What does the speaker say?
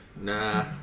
Nah